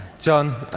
john,